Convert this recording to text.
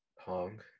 Pong